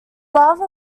lava